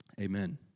Amen